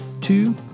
Two